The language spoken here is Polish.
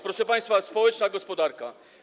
Proszę państwa, społeczna gospodarka.